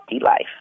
life